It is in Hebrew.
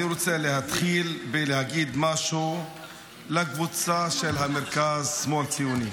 אני רוצה להתחיל בלהגיד משהו לקבוצה של המרכז-שמאל הציוני.